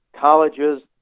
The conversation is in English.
colleges